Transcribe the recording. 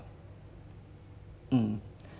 mm